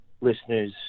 listeners